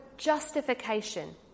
justification